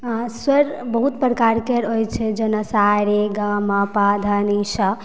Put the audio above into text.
आ स्वर बहुत प्रकार अरके होइ छनि जेना सा रे गा मा पा धा नी सा